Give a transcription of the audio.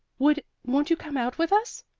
would won't you come out with us?